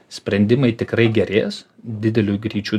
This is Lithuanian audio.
sprendimai tikrai gerės dideliu greičiu